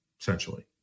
essentially